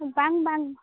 ᱵᱟᱝ ᱵᱟᱝ